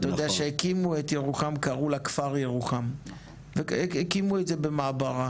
אתה יודע כשהקימו את ירוחם קראו לה כפר ירוחם והקימו את זה במעברה.